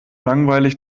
langweilig